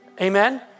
Amen